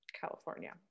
California